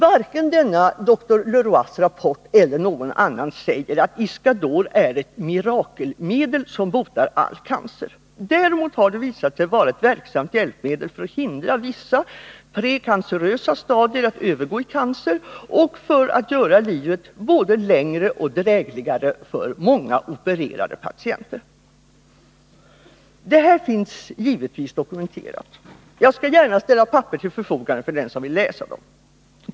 Varken denna dr Lerois rapport eller någon annan rapport säger att Iscador är ett mirakelmedel som botar all cancer. Däremot har det visat sig vara ett verksamt hjälpmedel för att hindra vissa precancerösa stadier att övergå i cancer och för att göra livet både längre och drägligare för många opererade patienter. Detta finns givetvis dokumenterat. Jag skall gärna ställa papper till förfogande för den som vill läsa dem.